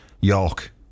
York